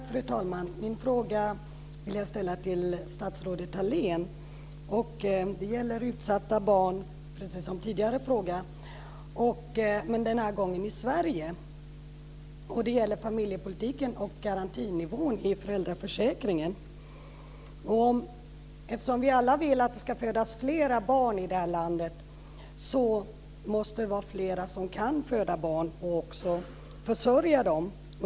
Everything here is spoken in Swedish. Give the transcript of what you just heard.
Fru talman! Jag vill ställa min fråga till statsrådet Thalén. Den gäller precis som den tidigare frågan utsatta barn, men den här gången i Sverige. Den gäller familjepolitiken och garantinivån i föräldraförsäkringen. Eftersom vi alla vill att det ska födas fler barn i det här landet måste fler kunna föda barn och också försörja dem.